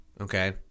Okay